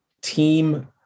team